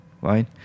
right